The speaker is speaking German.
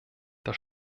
das